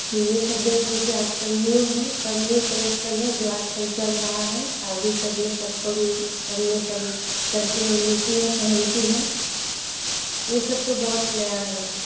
जी यह सब देख लीजिए आजकल न्यू है सब न्यू कलेक्शन है जो आजकल चल रहा है शादी सब में सब सब में चल लड़की लोग लेती है पहनती है यह सब तो बहुत नया है